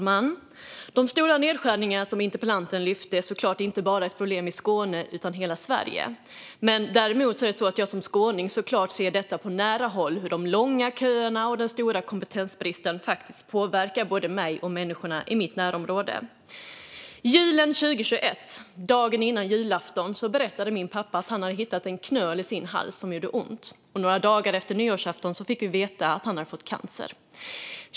Fru talman! De stora nedskärningar som interpellanten lyfte fram är såklart inte bara ett problem i Skåne utan i hela Sverige. Däremot ser jag som skåning detta på nära håll - hur de långa köerna och den stora kompetensbristen påverkar mig och människorna i mitt närområde. Julen 2021, dagen innan julafton, berättade min pappa att han hade hittat en knöl i sin hals som gjorde ont. Några dagar efter nyårsafton fick vi veta att han hade fått cancer.